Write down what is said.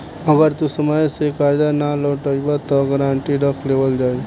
अगर तू समय से कर्जा ना लौटइबऽ त गारंटी रख लेवल जाई